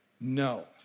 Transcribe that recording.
no